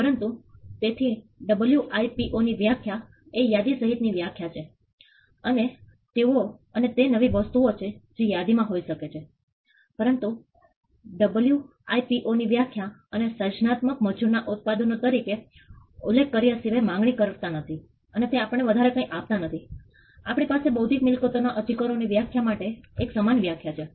પરંતુ તેથી ડબ્લ્યુઆઈપીઓ ની વ્યાખ્યા એ યાદી સહિતની વ્યાખ્યા છે અને તેઓ અને તે નવી વસ્તુઓ છે જે યાદી માં હોઈ શકે છે પરંતુ ડબ્લ્યુઆઈપીઓ ની વ્યાખ્યા તેને સર્જનાત્મક મજુર ના ઉત્પાદનો તરીકે ઉલ્લેખ કર્યા સીવાય માંગણી કરતા નથી તે આપણને વધારે કઈ આપતા નથી આપણી પાસે બૌદ્ધિક મિલકતોના અધિકારો ની વ્યાખ્યા માટે એક સમાન વ્યાખ્યા છે